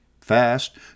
Fast